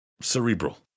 cerebral